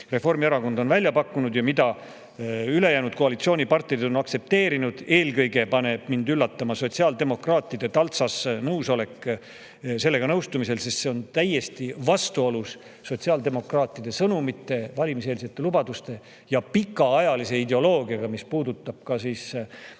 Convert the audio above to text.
Reformierakond on välja pakkunud ja mida ülejäänud koalitsioonipartnerid on aktsepteerinud. Eelkõige paneb mind üllatama sotsiaaldemokraatide taltsas nõusolek sellega nõustumisel. See on täiesti vastuolus sotsiaaldemokraatide sõnumite, valimiseelsete lubaduste ja pikaajalise ideoloogiaga, mis [peab eriti